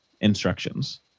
instructions